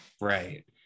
right